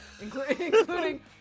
including